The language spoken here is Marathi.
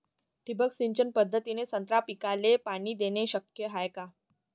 ठिबक सिंचन पद्धतीने संत्रा पिकाले पाणी देणे शक्य हाये का?